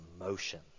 emotion